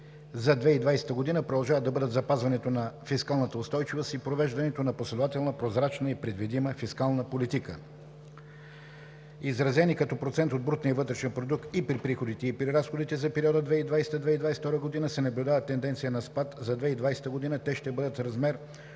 за 2020 г. продължават да бъдат запазването на фискалната устойчивост и провеждането на последователна, прозрачна и предвидима фискална политика. Изразени като процент от брутния вътрешен продукт, и при приходите, и при разходите за периода 2020 – 2022 г. се наблюдава тенденция на спад. За 2020 г. те ще бъдат в размер